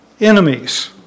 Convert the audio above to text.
enemies